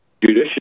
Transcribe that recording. judicious